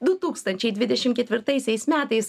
du tūkstančiai dvidešim ketvirtaisiais metais